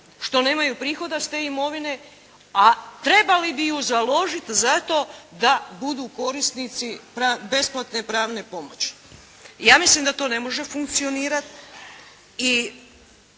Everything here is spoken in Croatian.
što nemaju prihoda s te imovine, a trebali bi ju založiti za to da budu korisnici besplatne pravne pomoći. Ja mislim da to ne može funkcionirati i